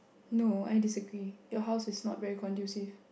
no I disagree your house is not very conducive